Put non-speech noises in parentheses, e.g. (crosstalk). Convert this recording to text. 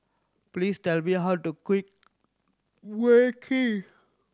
please tell me how to (unintelligible) Mui Kee